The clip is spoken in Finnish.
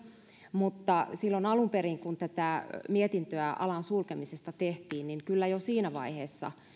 mutta silloin alun perin kun tätä mietintöä alan sulkemisesta tehtiin niin kyllä jo siinä vaiheessa